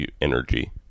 energy